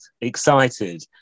excited